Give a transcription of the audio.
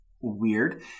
weird